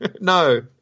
no